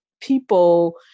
people